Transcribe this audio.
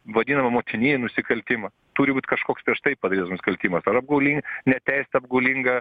vadinamą motininį nusikaltimą turi būt kažkoks prieš tai padarytas nusikaltimas ar apgaulingas neteisėta apgaulinga